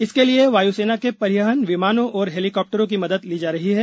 इसके लिए वायुसेना के परिवहन विमानों और हेलीकाप्टरों की मदद ली जा रही है